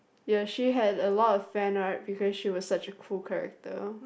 ya she had a lot of fan right because she was such a cool character